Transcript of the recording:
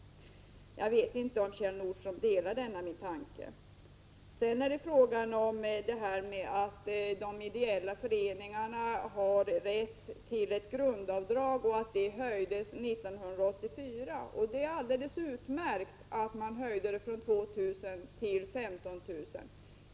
Jag vet inte om Kjell Nordström delar denna min inställning. Sedan till detta att de ideella föreningarna har rätt till ett grundavdrag, som höjdes 1984. Det är alldeles utmärkt att det har höjts från 2 000 till 15 000 kr.